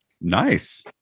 nice